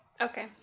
Okay